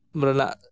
ᱨᱮᱱᱟᱜ